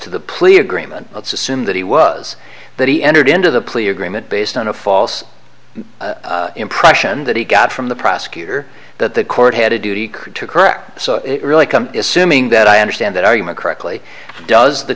to the plea agreement let's assume that he was that he entered into the plea agreement based on a false impression that he got from the prosecutor that the court had a duty to correct so it really comes assuming that i understand that argument correctly does the